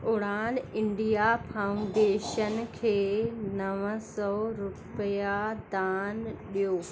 उड़ान India Foundation खे नव सौ रुपया दान ॾियो